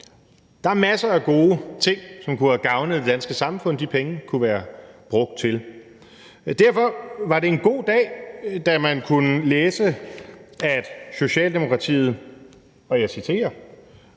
Der er masser af gode ting, som kunne have gavnet det danske samfund, som de penge kunne have været brugt til. Derfor var det en god dag, da man kunne læse: »Derfor vil Socialdemokratiet indføre